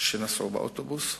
שנסעו באוטובוס.